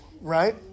right